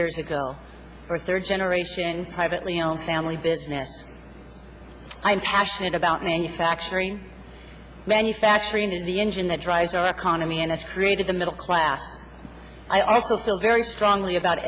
years ago or third generation privately owned family business i'm passionate about manufacturing manufacturing and the engine that drives our economy and it's created the middle class i also feel very strongly about